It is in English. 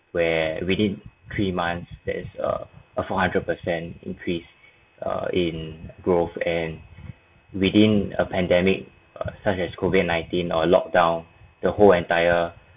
where within three months there's err a four hundred per cent increase err in growth and within a pandemic err such as COVID nineteen or locked down the whole entire